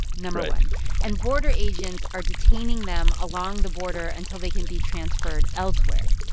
no. one and border agents are detaining them along the border until they can be transferred elsewhere,